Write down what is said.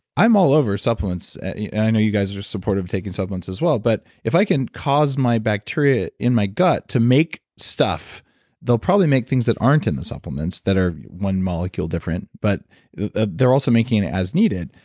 i'm all over supplements and i know you guys are supportive of taking supplements as well but if i can cause my bacteria in my gut to make stuff they'll probably make things that aren't in the supplements that are one molecule different but they're also making as needed.